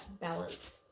balance